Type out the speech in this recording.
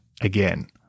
again